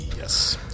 Yes